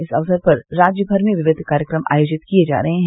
इस अवसर पर राज्यमर में विविध कार्यक्रम आयोजित किये जा रहे हैं